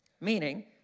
meaning